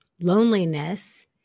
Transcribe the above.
loneliness